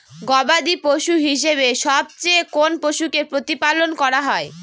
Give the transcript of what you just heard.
গবাদী পশু হিসেবে সবচেয়ে কোন পশুকে প্রতিপালন করা হয়?